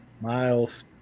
Miles